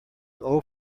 old